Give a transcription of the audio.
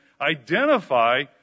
identify